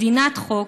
מדינת חוק,